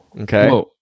Okay